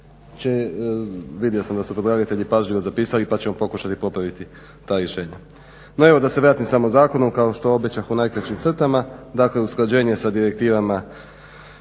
vidio sam da su … pažljivo zapisali pa ćemo pokušati popraviti ta rješenja. No evo da se vratim samom zakonu, kao što obećah u najkraćim crtama. Dakle usklađenje sa direktivama